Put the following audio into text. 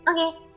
Okay